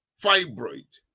fibroid